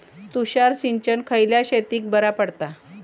तुषार सिंचन खयल्या शेतीक बरा पडता?